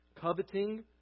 coveting